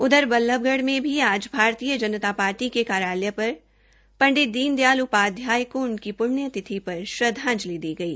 उधर बल्लभगढ़ में भी आज भारतीय जनता पार्टी के कार्यालय पर पंडित दीन दयाल उपाध्याय को उनकी प्ण्यतिथि पर श्रद्वांजंलि दी गई